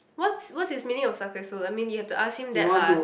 what's what's his meaning of successful I mean you have to ask him that lah